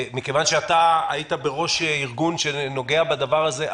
מכיוון שאתה היית עד לאחרונה בראש ארגון שנוגע בדבר הזה,